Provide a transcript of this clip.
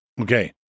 Okay